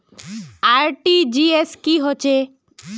RTGS की होचए?